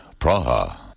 Praha